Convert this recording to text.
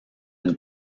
une